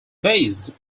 based